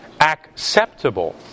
acceptable